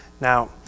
Now